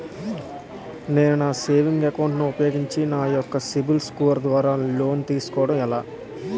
నేను నా savings account ను ఉపయోగించి నా యెక్క సిబిల్ స్కోర్ ద్వారా లోన్తీ సుకోవడం ఎలా?